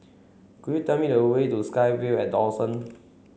could you tell me the way to SkyVille at Dawson